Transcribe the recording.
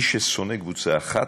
מי ששונא קבוצה אחת,